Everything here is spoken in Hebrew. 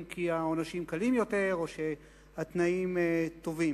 כי העונשים קלים יותר או שהתנאים טובים.